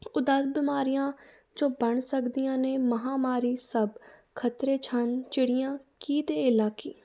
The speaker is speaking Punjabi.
ਉਹ ਦਸ ਬਿਮਾਰੀਆਂ ਜੋ ਬਣ ਸਕਦੀਆਂ ਨੇ ਮਹਾਂਮਾਰੀ ਸਭ ਖਤਰੇ 'ਚ ਹਨ ਚਿੜੀਆਂ ਕੀ ਅਤੇ ਇੱਲਾਂ ਕੀ